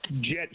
jet